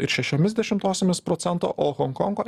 ir šešiomis dešimtosiomis procento o honkongo